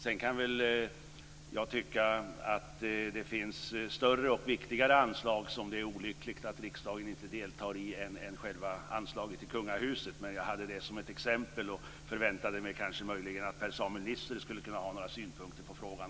Sedan kan väl jag tycka att det finns större och viktigare anslag som det är olyckligt att riksdagen inte deltar i än anslaget till kungahuset. Jag anförde det som ett exempel och förväntade mig att möjligen också Per-Samuel Nisser skulle kunna ha några synpunkter på frågan.